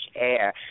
air